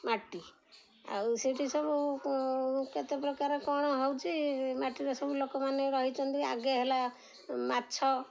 ମାଟି ଆଉ ସେଠି ସବୁ କେତେ ପ୍ରକାର କ'ଣ ହେଉଛି ମାଟିର ସବୁ ଲୋକମାନେ ରହିଛନ୍ତି ଆଗେ ହେଲା ମାଛ